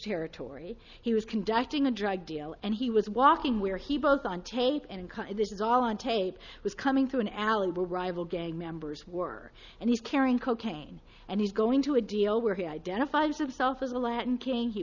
territory he was conducting a drug deal and he was walking where he both on tape and this is all on tape was coming through an alley will rival gang members were and he's carrying cocaine and he's going to a deal where he identifies himself as a latin king he